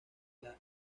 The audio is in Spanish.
las